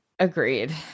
Agreed